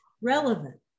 relevant